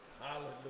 Hallelujah